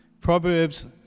Proverbs